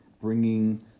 bringing